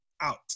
out